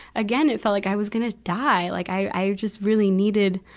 again it felt like i was gonna die. like i, i just really needed,